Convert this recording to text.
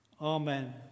amen